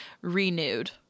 renewed